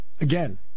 Again